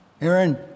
Aaron